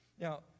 now